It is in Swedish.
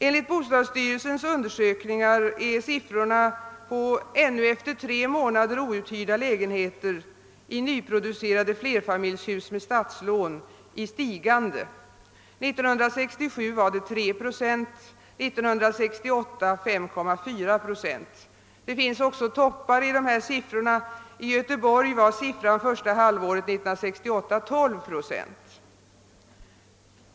Enligt bostadsstyrelsens undersökningar är siffrorna på ännu efter tre månader outhyrda lägenheter i nyproducerade flerfamiljshus med statslån i stigande. År 1967 var siffran 3 procent, år 1968 var den 5,4 procent. Det finns också toppar i dessa siffror: i Göteborg var siffran för första halvåret 1968 12 procent.